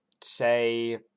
say